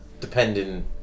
depending